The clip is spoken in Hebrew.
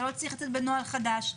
זה לא צריך לצאת בנוהל חדש,